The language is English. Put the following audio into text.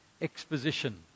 exposition